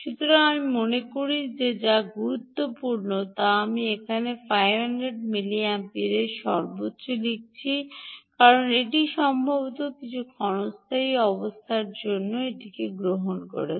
সুতরাং আমি মনে করি যে এখানে যা গুরুত্বপূর্ণ তা তা আমি এখানে 500 মিলিঅ্যাম্পিয়ার সর্বোচ্চ লিখেছি কারণ এটি সম্ভবত কিছু ক্ষণস্থায়ী অবস্থার জন্য এমনকি এটি গ্রহণ করেছে